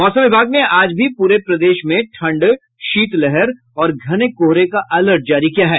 मौसम विभाग ने आज भी पूरे प्रदेश में ठंड शीतलहर और घने कोहरे का अलर्ट जारी किया है